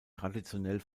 traditionell